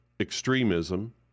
extremism